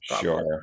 Sure